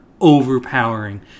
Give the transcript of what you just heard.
overpowering